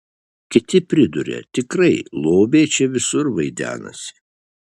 kiti priduria tikrai lobiai čia visur vaidenasi